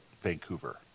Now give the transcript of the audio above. Vancouver